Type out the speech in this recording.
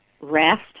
rest